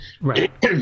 right